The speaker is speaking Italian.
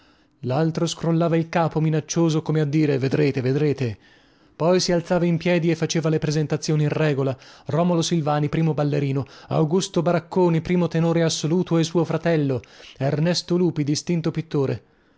laltro scrollava il capo minaccioso come a dire vedrete vedrete poi si alzava in piedi e faceva le presentazioni in regola romolo silvani primo ballerino augusto baracconi primo tenore assoluto e suo fratello ernesto lupi distinto pittore